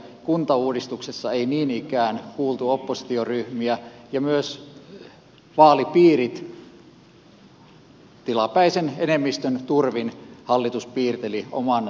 kuntauudistuksessa ei niin ikään kuultu oppositioryhmiä ja myös vaalipiirit tilapäisen enemmistön turvin hallitus piirteli oman tahtonsa mukaan